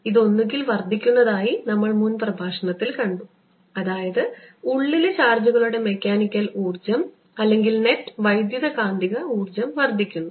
ഇത് ഒന്നുകിൽ വർദ്ധിക്കുന്നതായി നമ്മൾ മുൻ പ്രഭാഷണത്തിൽ കണ്ടു അതായത് ഉള്ളിലെ ചാർജുകളുടെ മെക്കാനിക്കൽ ഊർജ്ജം അല്ലെങ്കിൽ നെറ്റ് വൈദ്യുതകാന്തിക ഊർജ്ജം വർദ്ധിക്കുന്നു